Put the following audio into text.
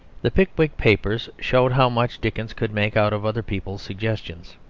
the pickwick papers showed how much dickens could make out of other people's suggestions